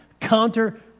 counter